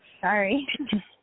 Sorry